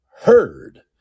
heard